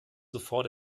sofort